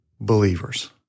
believers